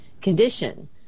condition